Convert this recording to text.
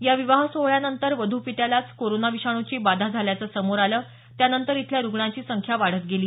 या विवाह सोहळ्यानंतर वध्पित्यालाच कोरोना विषाणूची बाधा झाल्यानं समोर आलं त्यानंतर इथल्या रुग्णांची संख्या वाढत गेली